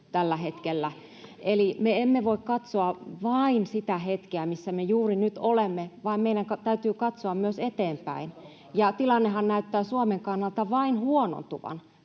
Eli me emme voi katsoa vain sitä hetkeä, missä me juuri nyt olemme, vaan meidän täytyy katsoa myös eteenpäin. Ja tilannehan näyttää Suomen kannalta vain huonontuvan